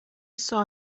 saw